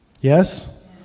Yes